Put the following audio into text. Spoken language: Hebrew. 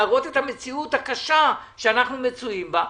להראות את המציאות הקשה שאנחנו מצויים בה.